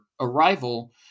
arrival